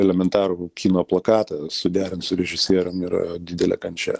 elementarų kino plakatą suderint su režisierium yra didelė kančia